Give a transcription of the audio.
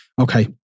Okay